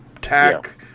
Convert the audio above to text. attack